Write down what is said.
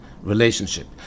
relationship